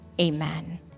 Amen